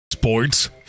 Sports